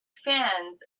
fans